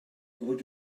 would